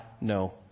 no